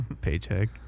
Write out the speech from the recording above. paycheck